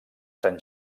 sant